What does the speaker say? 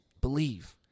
Believe